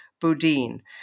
Boudin